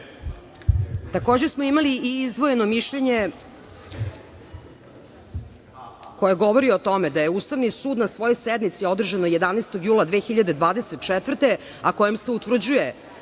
Takođe smo imali izdvojeno mišljenje koje govori o tome da je Ustavni sud na svojoj sednici održanoj 11. jula 2024. godine, a kojom se utvrđuje